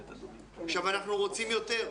עכשיו, אנחנו רוצים יותר,